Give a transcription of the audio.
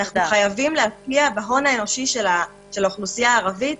חייבים להשקיע בהון האנושי של האוכלוסייה הערבית,